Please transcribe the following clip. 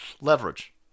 leverage